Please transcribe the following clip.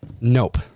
Nope